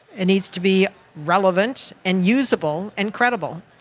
it needs to be relevant and usable and credible.